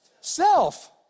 self